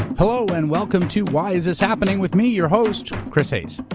hello, and welcome to why is this happening with me, your host, chris hayes.